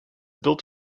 built